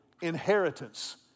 inheritance